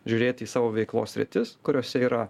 žiūrėti į savo veiklos sritis kuriose yra